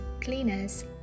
cleaners